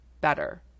better